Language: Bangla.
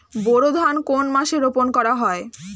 বোরো ধান কোন মাসে রোপণ করা হয়?